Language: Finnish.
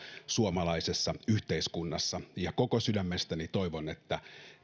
suomalaisessa yhteiskunnassa koko sydämestäni toivon että